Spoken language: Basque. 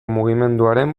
mugimenduaren